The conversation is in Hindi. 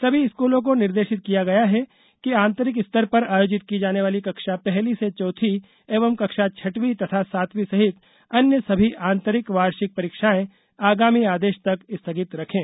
सभी स्कूलों को निर्देशित किया गया है कि आंतरिक स्तर पर आयोजित की जाने वाली कक्षा पहली से चौथी एवं कक्षा छठवीं तथा सातवीं सहित अन्य सभी आंतरिक वार्षिक परीक्षाएँ आगामी आदेश तक स्थगित रखे